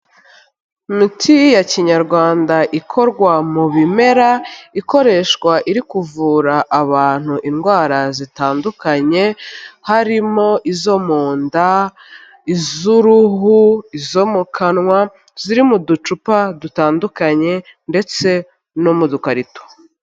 Imitsi ya Kinyarwanda ikorwa mu bimera, ikoreshwa iri kuvura abantu indwara zitandukanye, harimo: izo mu nda, iz'uruhu, izo mu kanwa, ziri mu ducupa dutandukanye ndetse no mu dukarito.